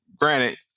granted